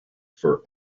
for